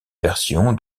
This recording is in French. version